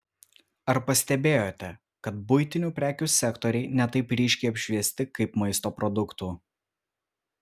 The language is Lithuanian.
ar pastebėjote kad buitinių prekių sektoriai ne taip ryškiai apšviesti kaip maisto produktų